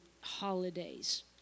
holidays